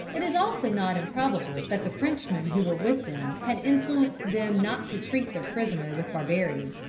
it is also not improbable that the frenchmen who were with them had influenced them not to treat their prisoner with barbarity.